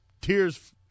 tears